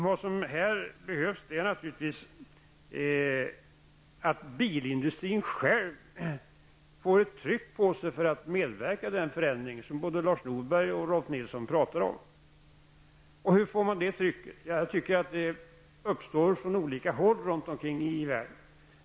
Vad som här behövs är att bilindustrin själv får ett tryck på sig att medverka till den förändring som både Lars Norberg och Rolf Nilsson talade om. Hur får man till stånd det trycket? Det uppstår från olika håll runt om i världen.